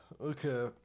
Okay